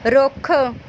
ਰੁੱਖ